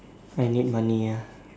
I need money ya